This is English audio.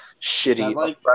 shitty